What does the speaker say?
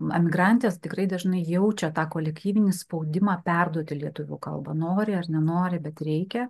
emigrantės tikrai dažnai jaučia tą kolektyvinį spaudimą perduoti lietuvių kalbą nori ar nenori bet reikia